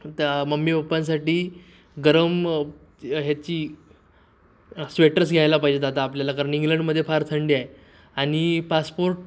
त्या मम्मी पप्पांसाठी गरम ह्याची स्वेटर्स घ्यायला पाहिजेत आता आपल्याला कारण इंग्लंडमध्ये फार थंडी आहे आणि पासपोर्ट